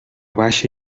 baixa